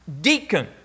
deacon